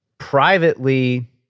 privately